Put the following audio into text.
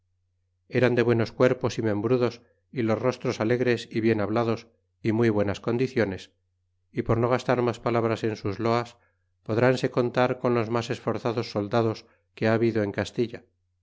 eran de buenos cuerpos e membrudos é los rostros alegres é bien hablados é muy buenas condiciones é por no gastar mas palabras en sus loas podranse contar con los mas esforzados soldados que ha habido en castilla